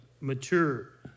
mature